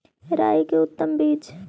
राई के उतम बिज?